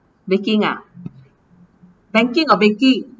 baking ah banking or baking